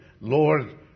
Lord